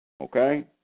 Okay